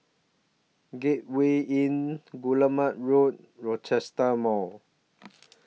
Gateway Inn Guillemard Road and Rochester Mall